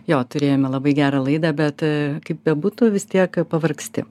jo turėjome labai gerą laidą bet kaip bebūtų vis tiek pavargsti